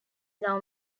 now